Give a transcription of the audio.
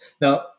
now